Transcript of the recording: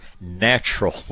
natural